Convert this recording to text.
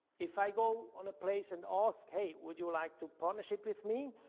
if i go on a place and ask hey, would you like to partnership with me?